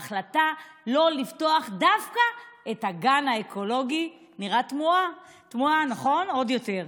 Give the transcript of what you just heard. ההחלטה שלא לפתוח דווקא את הגן האקולוגי נראית תמוהה עוד יותר.